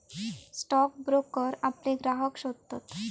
stock broker आपले ग्राहक शोधतत